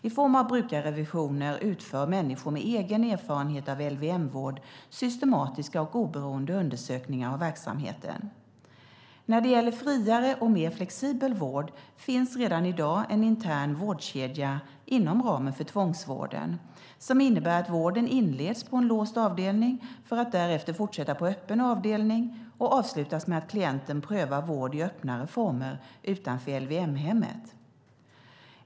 I form av brukarrevisioner utför människor med egen erfarenhet av LVM-vård systematiska och oberoende undersökningar av verksamheten. När det gäller en friare och mer flexibel vård finns redan i dag en intern vårdkedja inom ramen för tvångsvården som innebär att vården inleds på en låst avdelning för att därefter fortsätta på öppen avdelning och avslutas med att klienten prövar vård i öppnare former utanför LVM-hemmet.